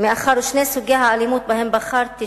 מאחר ששני סוגי האלימות שבחרתי,